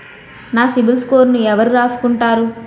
నా సిబిల్ స్కోరును ఎవరు రాసుకుంటారు